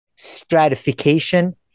stratification